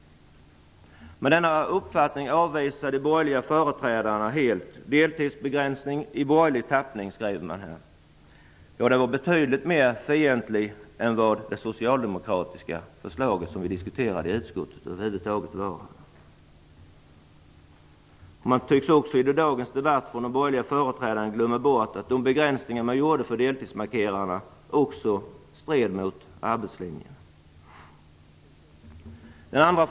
Denna uppfattning avvisar de borgerliga företrädarna helt. Deltidsbegränsning i borgerlig tappning var betydligt mer fientlig än i det socialdemokratiska förslaget som vi diskuterade i utskottet. De borgerliga företrädarna i dagens debatt tycks också ha glömt bort att de begränsningar man genomförde för deltidsmarkerarna även stred mot arbetslinjen. Herr talman!